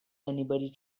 anybody